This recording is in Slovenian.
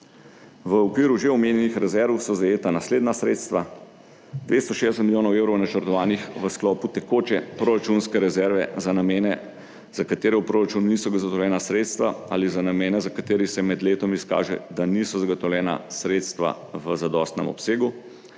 V okviru že omenjenih rezerv so zajeta naslednja sredstva: 260 milijonov evrov, načrtovanih v sklopu tekoče proračunske rezerve za namene, za katere v proračunu niso zagotovljena sredstva ali za namene, za katere se med letom izkaže, da niso zagotovljena sredstva v zadostnem obsegu.